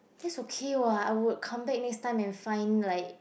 that's okay [what] I would come back next time and find like